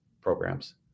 programs